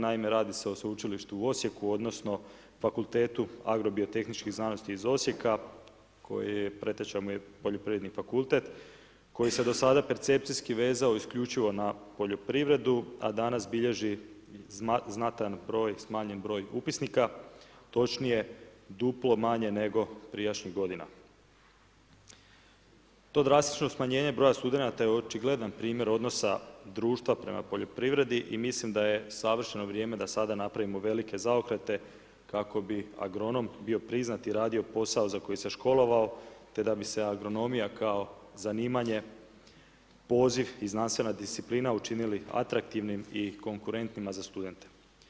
Naime, radi se o sveučilištu u Osijeku, odnosno, fakultetu agrobiotehničkih znanosti iz Osijeka, koji je preteča mu je poljoprivredni fakultet, koji se do sada percepcijski vezao, isključivo na poljoprivredu, a danas bilježi znatan br. smanjen broj upisnika, točnije, duplo manje, nego prijašnjih g. To drastično smanjenje broja studenata je očigledan primjer odnosa društva prema poljoprivredi i mislim da je savršeno vrijeme da sada napravimo velike zaokrete kako bi agronom bio priznat i radio posao za koji se je školovao, te da bi se agronomija kao zanimanje poziv i znanstvena disciplina učinili atraktivni i konkurentima za studente.